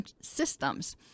systems